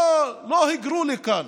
לא היגרו לכאן,